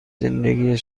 زندگی